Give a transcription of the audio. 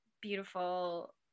beautiful